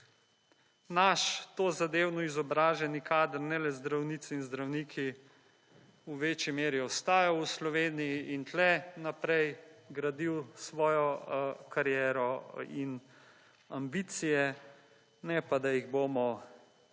naš to zadevno izobraženi kader ne le zdravnic in zdravniki v večji meri ostajajo v Sloveniji in tukaj naprej gradil svojo kariero in ambicije ne pa, da jih bomo